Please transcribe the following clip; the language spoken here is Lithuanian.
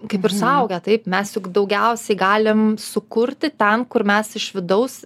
kaip ir suaugę taip mes juk daugiausiai galim sukurti ten kur mes iš vidaus